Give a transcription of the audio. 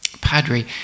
Padre